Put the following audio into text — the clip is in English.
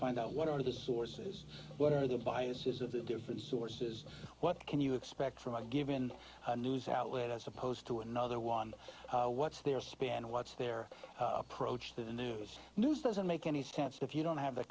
find out what are the sources what are the biases of the different sources what can you expect from a given a news outlet as opposed to another one what's their spin what's their approach to the news news doesn't make any sense if you don't have